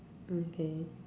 okay